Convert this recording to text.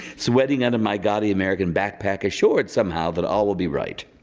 sweating out of my gaudy american backpack assured somehow that all will be right.